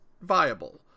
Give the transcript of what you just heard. viable